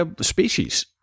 species